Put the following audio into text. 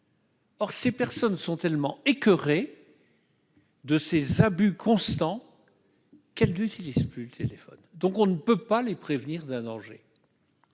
ces personnes sont tellement écoeurées de ces abus constants qu'elles n'utilisent plus le téléphone. On ne peut donc pas les prévenir d'un danger.